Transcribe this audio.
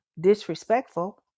disrespectful